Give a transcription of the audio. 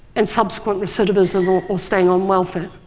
and subsequent recidivism or or staying on welfare.